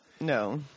No